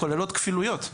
כוללות כפילויות,